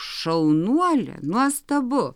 šaunuolė nuostabu